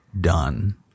done